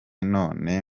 none